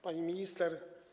Pani Minister!